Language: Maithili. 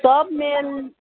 सब मेल